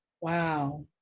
Wow